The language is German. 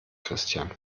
christian